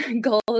goals